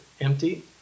empty